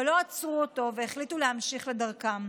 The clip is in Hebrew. אבל לא עצרו אותו, והחליטו להמשיך לדרכם.